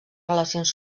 relacions